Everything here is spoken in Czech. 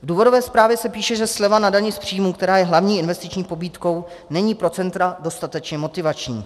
V důvodové zprávě se píše, že sleva na dani z příjmu, která je hlavní investiční pobídkou, není pro centra dostatečně motivační.